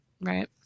Right